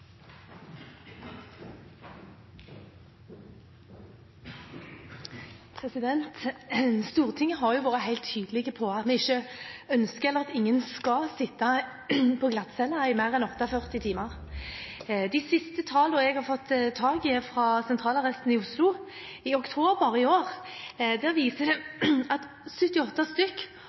Stortinget har vært helt tydelig på at ingen skal sitte på glattcelle i mer enn 48 timer. De siste tallene jeg har fått tak i, er fra sentralarresten i Oslo i oktober i år. De viser at 78